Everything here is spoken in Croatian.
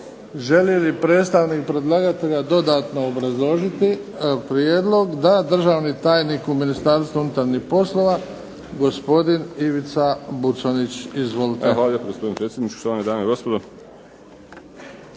Želi li predstavnik predlagatelja dodatno obrazložiti prijedlog? Da. Državni tajnik u Ministarstvu unutarnjih poslova gospodin Ivica Buconjić. Izvolite. **Buconjić, Ivica (HDZ)** Hvala lijepa gospodine